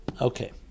Okay